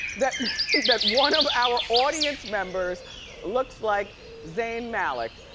that that one of our audience members looks like zayn malik.